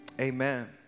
Amen